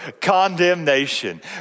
condemnation